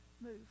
Move